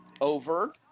Over